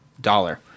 dollar